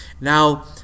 Now